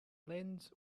lens